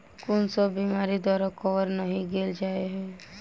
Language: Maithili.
कुन सब बीमारि द्वारा कवर नहि केल जाय है?